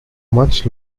much